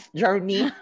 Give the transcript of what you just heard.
journey